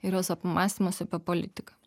ir jos apmąstymus apie politiką